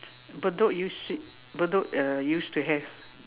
Bedok used it Bedok uh used to have